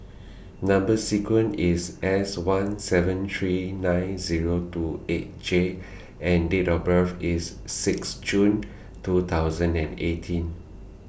Number sequence IS S one seven three nine Zero two eight J and Date of birth IS six June two thousand and eighteen